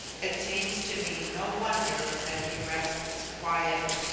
it seems to me no wonder that he rests quiet.